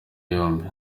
yombi